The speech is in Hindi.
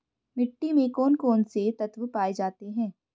मिट्टी में कौन कौन से तत्व पाए जाते हैं?